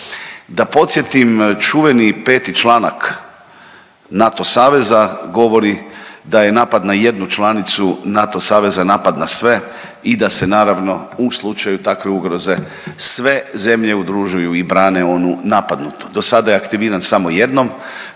Da podsjetim, čuveni 5. članak NATO saveza govori da je napad na jednu članicu NATO saveza napad na sve i da se naravno u slučaju takve ugroze sve zemlje udružuju i brane u onu napadnutu. Dosada je aktiviran samo jednom,